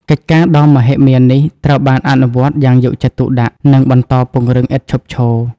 កិច្ចការដ៏មហិមានេះត្រូវបានអនុវត្តយ៉ាងយកចិត្តទុកដាក់ និងបន្តពង្រឹងឥតឈប់ឈរ។